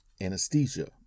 anesthesia